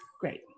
Great